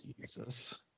Jesus